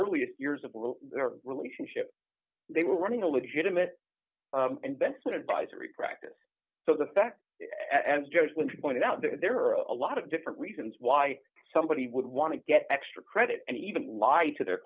earliest years of their relationship they were running a legitimate investment advisory practice so the fact as judge with pointed out that there are a lot of different reasons why somebody would want to get extra credit and even lied to their